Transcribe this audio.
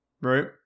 Right